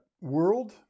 world